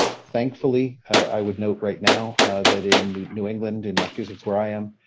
thankfully, i would note right now that, in new england in massachusetts where i am,